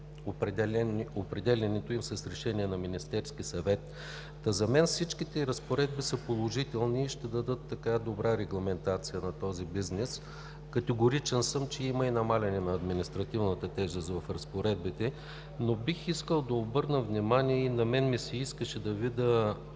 определянето им с решение на Министерския съвет. За мен всичките разпоредби са положителни и ще дадат добра регламентация на този бизнес. Категоричен съм, че има и намаляване на административната тежест в разпоредбите, но бих искал да обърна внимание, че и на мен ми се искаше да видя